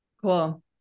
Cool